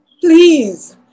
please